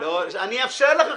אני אאפשר לכם.